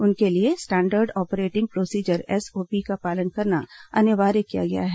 उनके लिए standard operating procedure SOP का पालन करना अनिवार्य किया गया है